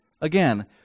again